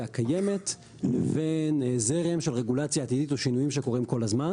הקיימת ובין זרם של רגולציה עתידית או שינויים שאנחנו רואים כל הזמן.